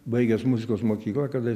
baigęs muzikos mokyklą kada